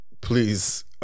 please